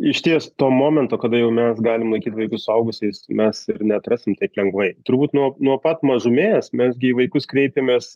išties to momento kada jau mes galim laikyt vaikus suaugusiais mes ir neatrasim taip lengvai turbūt nuo nuo pat mažumės mes gi į vaikus kreipėmės